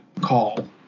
call